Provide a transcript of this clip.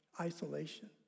isolation